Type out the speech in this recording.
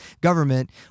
government